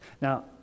Now